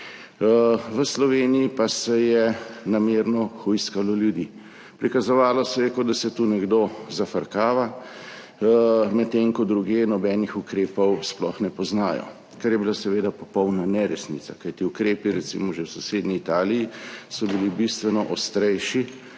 v Sloveniji pa se je namerno hujskalo ljudi. Prikazovalo se je, kot da se tu nekdo zafrkava, medtem ko drugod nobenih ukrepov sploh ne poznajo, kar je bila seveda popolna neresnica, kajti ukrepi, recimo že v sosednji Italiji, so bili bistveno ostrejši